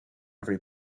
every